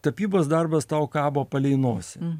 tapybos darbas tau kabo palei nosį